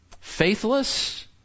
faithless